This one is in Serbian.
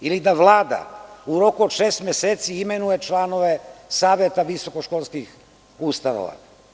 Ili da Vlada u roku od šest meseci imenuje članove Saveta visokoškolskih ustanova.